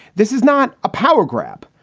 this is not a power grab.